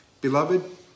Beloved